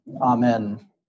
Amen